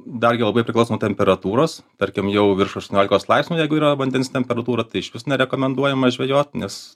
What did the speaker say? dar gi labai priklauso nuo temperatūros tarkim jau virš aštuoniolikos laipsnių jeigu yra vandens temperatūra tai išvis nerekomenduojama žvejot nes